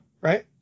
right